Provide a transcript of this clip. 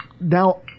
Now